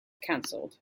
cancelled